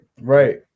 right